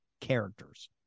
characters